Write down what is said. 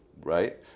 right